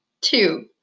two